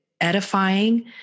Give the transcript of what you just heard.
edifying